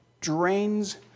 drains